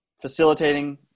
facilitating